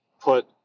put